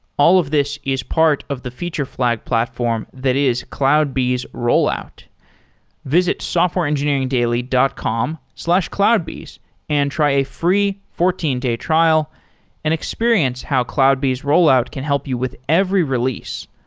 all of this is part of the feature flag platform that is cloudbees rollout visit softwareengineeringdaily dot com slash cloudbees and try a free fourteen day trial and experience how cloudbees rollout can help you with every release.